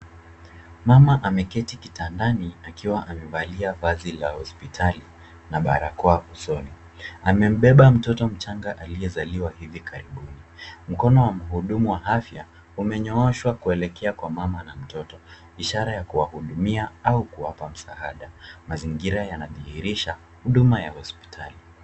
Mama ameketi kitandani akiwa amevalia vazi la hospitali na barakoa usoni. Amembeba mtoto mchanga aliyezaliwa hivi karibuni. Mkono wa mhudumu wa afya umenyooshwa kuelekea kwa mama na mtoto, ishara ya kuwahudumia au kuwapa msaada. Mazingira yanadhihirisha huduma ya hospitali.